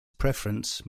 preference